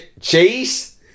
cheese